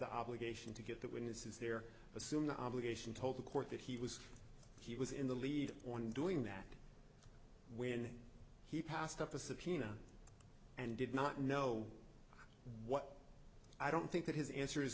the obligation to get that witnesses there assume the obligation told the court that he was he was in the lead on doing that when he passed up a subpoena and did not know what i don't think that his answer is